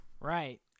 Right